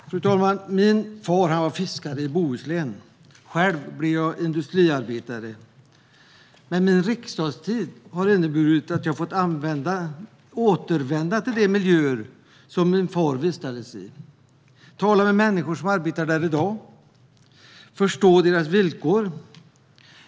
Fru talman! Min far var fiskare i Bohuslän. Själv blev jag industriarbetare, men min riksdagstid har inneburit att jag har fått återvända till de miljöer som min far vistades i och tala med människor som arbetar där i dag och förstå deras villkor.